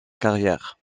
carrière